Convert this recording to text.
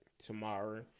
tomorrow